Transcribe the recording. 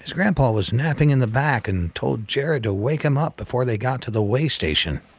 his grampa was napping in the back, and told jared to wake him up before they got to the weigh station.